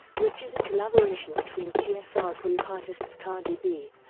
which is a collaboration between ksr group artists cardi b,